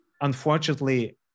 unfortunately